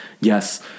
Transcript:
yes –